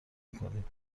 میکنیم